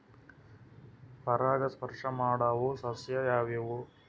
ಪರಾಗಸ್ಪರ್ಶ ಮಾಡಾವು ಸಸ್ಯ ಯಾವ್ಯಾವು?